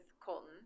colton